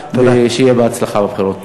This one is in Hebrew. ושיהיה בהצלחה בבחירות.